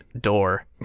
Door